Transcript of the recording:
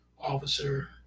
officer